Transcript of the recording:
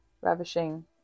ravishing